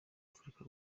afrika